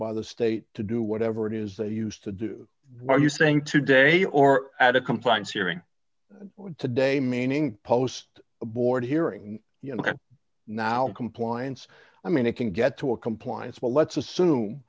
by the state to do whatever it is they used to do are you saying today or at a compliance hearing today meaning post a board hearing you know now in compliance i mean it can get to a compliance but let's assume